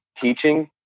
teaching